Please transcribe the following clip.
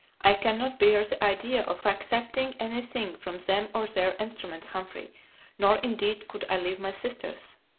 i can not bear the idea of accepting any thing from them or their instruments, humphrey nor, indeed, could i leave my sisters.